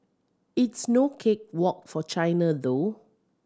it's no cake walk for China though